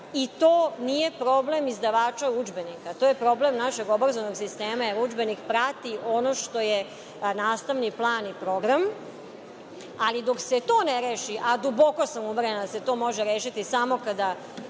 To nije problem izdavača udžbenika, to je problem našeg obrazovnog sistema, jer udžbenik prati ono što je nastavni plan i program. Dok se to ne reši, a duboko sam uverena da se to može rešiti samo kada